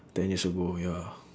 ten years ago ya